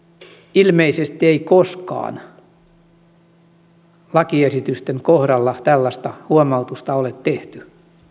ilmeisesti ei koskaan lakiesitysten kohdalla tällaista huomautusta ole tehty